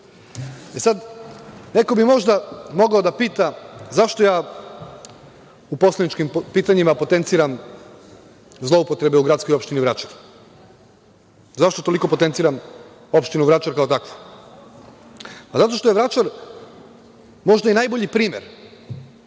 predmeta? Neko bi možda mogao da pita zašto ja u poslaničkim pitanjima potenciram zloupotrebe u gradskoj opštini Vrača, zašto toliko potenciram opštinu Vračar kao takvu? Zato što je Vračar možda i najbolji primer